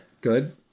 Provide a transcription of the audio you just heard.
Good